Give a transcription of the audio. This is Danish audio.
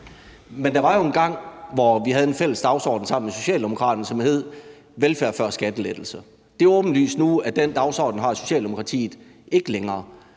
Men der var jo engang, hvor vi havde en fælles dagsorden sammen med Socialdemokraterne, som hed: velfærd før skattelettelser. Det er åbenlyst nu, at den dagsorden har Socialdemokratiet ikke længere,